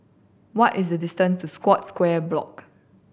what is the distance to Scotts Square Block